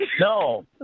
No